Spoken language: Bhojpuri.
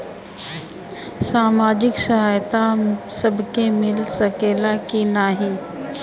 सामाजिक सहायता सबके मिल सकेला की नाहीं?